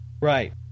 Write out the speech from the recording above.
Right